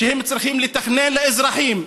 שצריכים לתכנן לאזרחים,